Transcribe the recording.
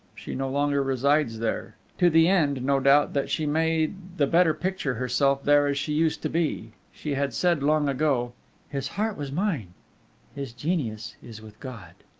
she no longer resides there to the end, no doubt, that she may the better picture herself there as she used to be. she had said long ago his heart was mine his genius is with god.